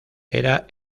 era